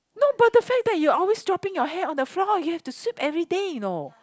no but the fact that you always dropping your hair on the floor you have to sweep everyday you know